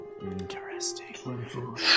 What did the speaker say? Interesting